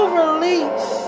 release